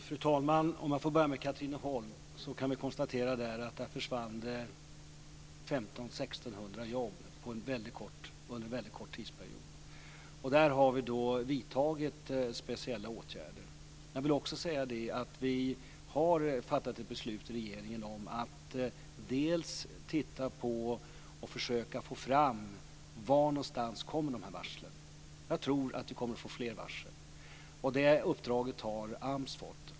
Fru talman! Om jag får börja med Katrineholm, kan vi konstatera att där försvann 1 500-1 600 jobb under en väldigt kort tidsperiod. Där har vi vidtagit speciella åtgärder. Jag vill också säga att vi har fattat ett beslut i regeringen om att försöka få fram var någonstans de här varslen kommer, och jag tror att det kommer fler varsel. Det uppdraget har AMS fått.